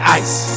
ice